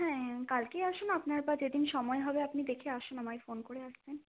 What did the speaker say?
হ্যাঁ কালকেই আসুন আপনার বা যে দিন সময় হবে আপনি দেখে আসুন আমাকে ফোন করে আসবেন